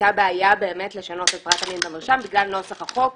הייתה בעיה באמת לשנות את פרט המין במרשם בגלל נוסח החוק.